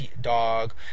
dog